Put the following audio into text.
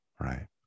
right